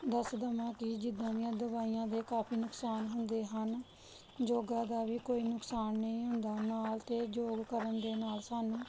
ਦੱਸ ਦੇਵਾਂ ਕਿ ਜਿੱਦਾਂ ਦੀਆਂ ਦਵਾਈਆਂ ਦੇ ਕਾਫੀ ਨੁਕਸਾਨ ਹੁੰਦੇ ਹਨ ਯੋਗਾ ਦਾ ਵੀ ਕੋਈ ਨੁਕਸਾਨ ਨਹੀਂ ਹੁੰਦਾ ਨਾਲ ਅਤੇ ਯੋਗ ਕਰਨ ਦੇ ਨਾਲ ਸਾਨੂੰ